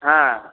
ହଁ